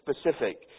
specific